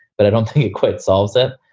but i don't think it quite solves it.